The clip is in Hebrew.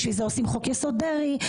בשביל זה עושים חוק יסוד דרעי,